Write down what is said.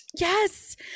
yes